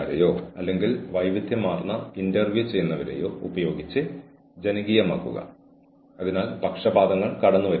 ഇത് ദുരുപയോഗം ചെയ്യാനുള്ള സാധ്യതയുള്ളതിനാൽ ഒരു മേലുദ്യോഗസ്ഥനും കീഴാളനും തമ്മിൽ നടക്കുന്ന ഏതെങ്കിലും തരത്തിലുള്ള പ്രണയബന്ധത്തിന് ഇത് അനുയോജ്യമല്ല